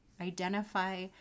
identify